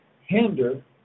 hinder